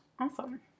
Awesome